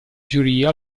giuria